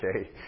Okay